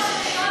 תמשיכו,